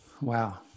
wow